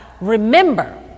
remember